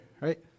right